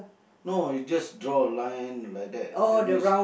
no you just draw a line like that that means